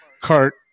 cart